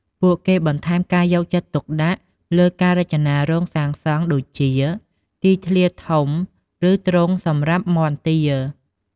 ពួកគេបន្ថែមការយកចិត្តទុកដាក់លើការរចនារោងសាងសង់ ដូចជា ទីធ្លាធំ ឬទ្រុងសម្រាប់មាន់ ទា ។